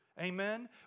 Amen